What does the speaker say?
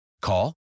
Call